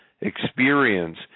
experience